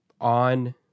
on